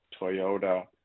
Toyota